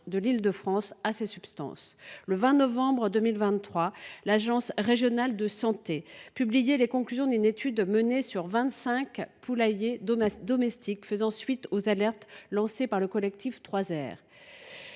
de l’Île de France à ces substances. Le 20 novembre 2023, l’agence régionale de santé (ARS) publiait les conclusions d’une étude menée dans vingt cinq poulaillers domestiques, à la suite des alertes lancées par le collectif 3R.